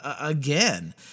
again